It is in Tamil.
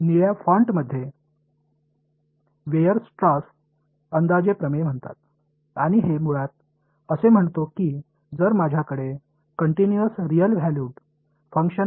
நான் தொடர்ச்சியாக உண்மையான மதிப்புள்ள செயல்பாட்டைக் கொண்டிருந்தால்f ஐ நான் ஒருங்கிணைக்க விரும்புகிறேன்